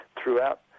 throughout